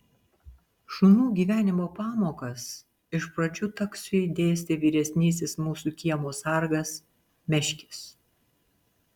šunų gyvenimo pamokas iš pradžių taksiui dėstė vyresnysis mūsų kiemo sargas meškis